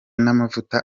n’amavuta